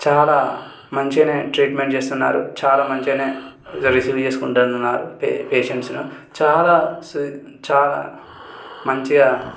చాలా మంచిగానే ట్రీట్మెంట్ చేస్తున్నారు చాలా మంచిగనే రిసీవ్ చేసుకుంటున్నారు పేషేంట్స్ను చాలా చాలా మంచిగా